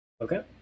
okay